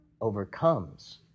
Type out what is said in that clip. overcomes